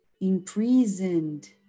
imprisoned